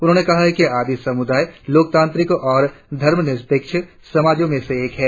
उन्होंने कहा कि आदि समुदाय लोकतांत्रिक और धर्मनिरपेक्ष समाजों में से एक है